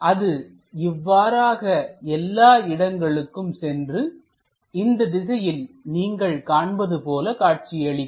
அது இவ்வாறாக எல்லா இடங்களும் சென்று இந்த திசையில் நீங்கள் காண்பது போல காட்சியளிக்கும்